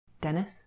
Dennis